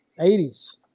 80s